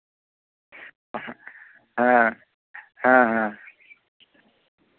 ᱦᱮᱸ ᱦᱮᱸ ᱦᱮᱸ